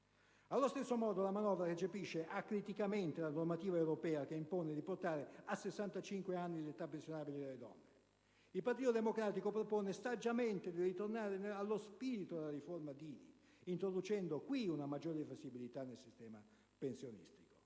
Allo stesso modo, la manovra recepisce acriticamente la normativa europea che impone di portare a 65 anni l'età pensionabile delle donne. Il Partito Democratico propone saggiamente di ritornare allo spirito della riforma Dini, introducendo qui una maggiore flessibilità nel sistema pensionistico.